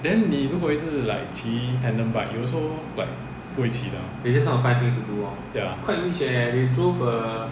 then 你如果一直 like 骑 tandem bike you also like 不会骑吗